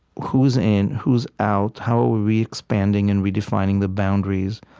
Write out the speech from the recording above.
who is in? who's out? how are we expanding and redefining the boundaries?